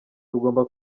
tugomba